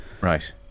Right